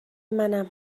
منم